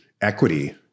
equity